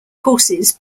courses